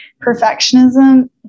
Perfectionism